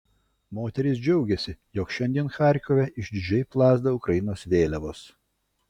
moteris džiaugiasi jog šiandien charkove išdidžiai plazda ukrainos vėliavos